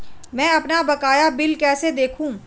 मैं अपना बकाया बिल कैसे देखूं?